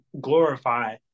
glorify